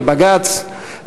לבג"ץ,